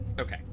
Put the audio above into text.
Okay